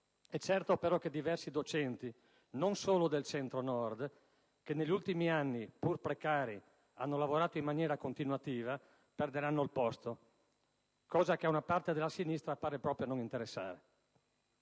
È certo però che diversi docenti, non solo del Centro-Nord, che negli ultimi anni, pur precari, hanno lavorato in maniera continuativa, perderanno il posto (cosa che a una parte della sinistra pare proprio non interessare).